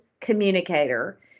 communicator